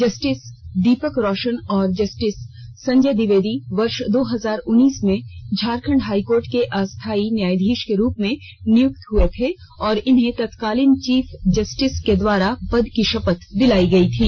justice Deepak Roshan और justice Sanjay Dwivedi वर्ष दो हजार उन्नीस में झारखंड हाईकोर्ट के अस्थाई न्यायाधीश के रूप में नियुक्त हुए थे और इन्हें तत्कालीन चीफ जस्टिस के द्वारा पद की शपथ दिलवाई गई थी